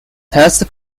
test